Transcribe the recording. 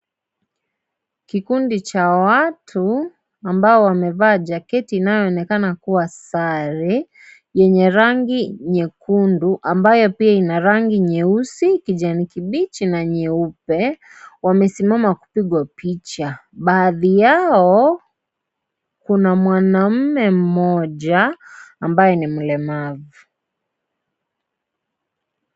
Kikundi cha watu, ambao wamevaa jaketi inayoonekana kuwa sare, yenye rangi nyekundu, ambayo pia ina rangi nyeusi, kijani kibichi na nyeupe. Wamesimama kupigwa picha. Baadhi yao kuna mwanaume mmoja ambaye ni mlemavu.